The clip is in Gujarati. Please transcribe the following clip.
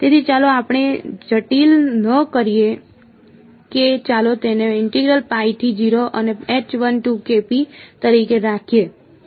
તેથી ચાલો આપણે જટિલ ન કરીએ કે ચાલો તેને અને તરીકે રાખીએ